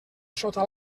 sota